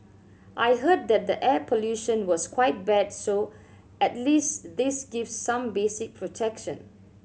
I heard that the air pollution was quite bad so at least this gives some basic protection